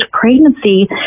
pregnancy